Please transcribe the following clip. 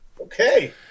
Okay